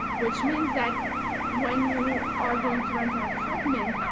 which means that when you are going to rent an apartment,